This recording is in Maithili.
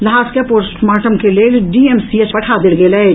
लहास के पोस्टमोर्टम के लेल डीएमसीएच पठा देल गेल अछि